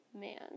man